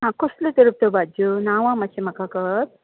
कसल्यो तरेच्यो भाजयो नांवां मातशी म्हाका कळत